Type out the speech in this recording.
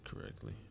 correctly